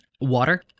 water